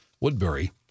Woodbury